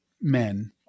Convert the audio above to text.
men